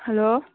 hello